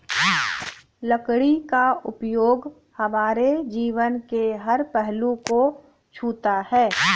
लकड़ी का उपयोग हमारे जीवन के हर पहलू को छूता है